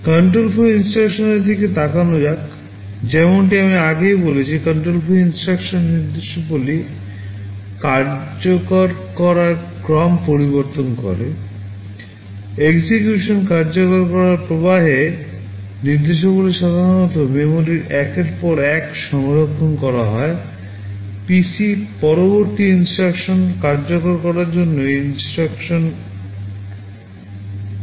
০০ control প্রবাহ নির্দেশ কার্যকর করার জন্য INSTRUCTION গ্রহন করে